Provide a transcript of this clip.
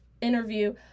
interview